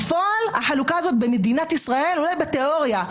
בפועל החלוקה הזאת במדינת ישראל, אולי בתאוריה.